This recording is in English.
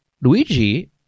Luigi